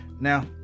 now